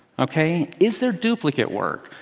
ok? is there duplicate work.